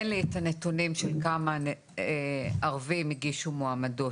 אין לי את הנתונים של כמה ערבים הגישו מועמדות